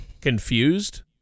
Confused